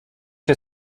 się